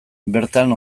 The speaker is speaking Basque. bertan